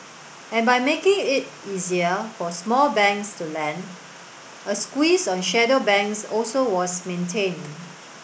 and by making it easier for small banks to lend a squeeze on shadow banks also was maintained